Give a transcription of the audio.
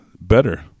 better